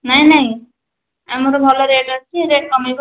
ନାହିଁ ନାହିଁ ଆମର ଭଲ ରେଟ୍ ଅଛି ରେଟ୍ କମିବ